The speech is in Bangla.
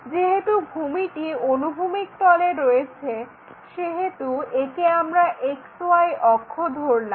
যেহেতু ভূমিটি অনুভূমিক তলে রয়েছে সেহেতু একে আমরা XY অক্ষ ধরলাম